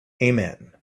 amen